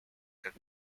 can